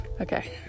okay